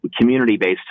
community-based